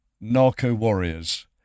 Narco-warriors